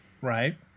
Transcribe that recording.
Right